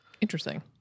Interesting